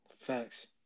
facts